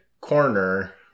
corner